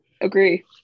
Agree